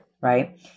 right